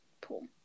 pool